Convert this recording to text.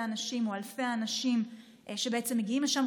האנשים או אלפי האנשים שמגיעים לשם,